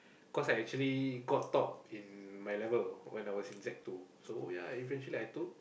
cause I actually got top in my level when I was in sec two so ya eventually I took